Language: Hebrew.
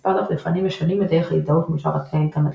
מספר דפדפנים משנים את דרך ההזדהות מול שרתי האינטרנט